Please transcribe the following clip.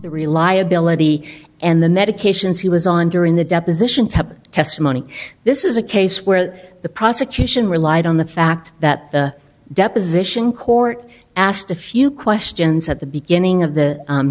the reliability and the medications he was on during the deposition testimony this is a case where the prosecution relied on the fact that the deposition court asked a few questions at the beginning of the